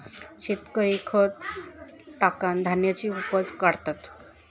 शेतकरी खत टाकान धान्याची उपज काढतत